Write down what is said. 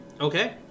okay